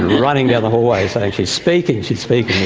running down the hallway saying, she speaking, she's speaking!